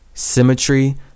Symmetry